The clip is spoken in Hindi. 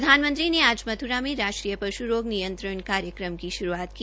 प्रधानमंत्री ने आज मथुरा में राष्ट्रीय पशुराम नियंत्रण कार्यक्रम की शुरूआत की